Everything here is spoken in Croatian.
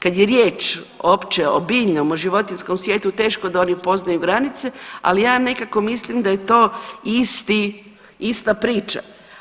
Kad je riječ opće o biljnom, o životinjskom svijetu teško da oni poznaju granice, ali ja nekako mislim da je to isti, ista priča.